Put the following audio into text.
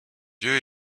lieu